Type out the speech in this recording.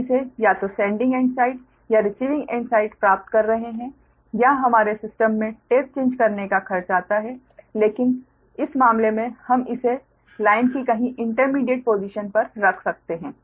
हम इसे या तो सेंडिंग एंड साइड या रिसीविंग एंड साइड प्राप्त कर रहे हैं या हमारे सिस्टम में टैप चेंज करने का खर्च आता है लेकिन इस मामले में हम इसे लाइन की कहीं इंटरमिडीएट पोसिशन पर रख सकते हैं